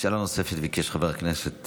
שאלה נוספת ביקש חבר הכנסת